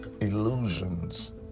illusions